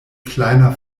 kleiner